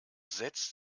setzt